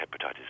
hepatitis